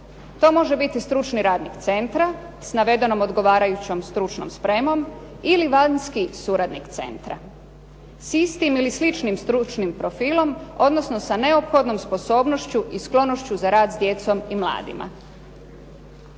to može biti stručni radnik centra sa navedenom odgovarajućom stručnom spremom ili vanjski suradnik centra s istim ili sličnim stručnim profilom, odnosno sa neophodnom sposobnošću i sklonošću za rad s djecom i mladima.